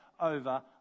over